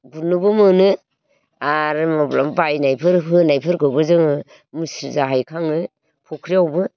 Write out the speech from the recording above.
गुरनोबो मोनो आरो माब्लाबा बायनायफोर होनायफोरखौबो जोङो मुस्रिजों हायखाङो फख्रियावबो